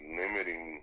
limiting